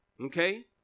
okay